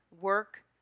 work